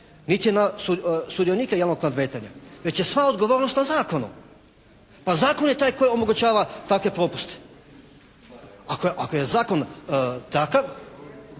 niti na sudionike javnog nadmetanja već je sva odgovornost na zakonu. Pa zakon je taj koji omogućava takve propuste. Ako je zakon takav,